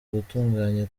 gutunganya